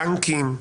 בנקים.